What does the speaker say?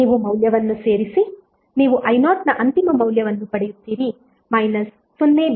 ನೀವು ಮೌಲ್ಯವನ್ನು ಸೇರಿಸಿ ನೀವು i0 ನ ಅಂತಿಮ ಮೌಲ್ಯವನ್ನು ಪಡೆಯುತ್ತೀರಿ 0